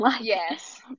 Yes